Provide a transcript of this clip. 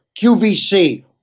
QVC